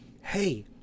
hey